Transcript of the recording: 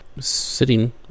sitting